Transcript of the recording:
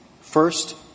First